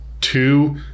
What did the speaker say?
two